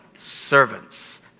Servants